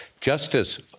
Justice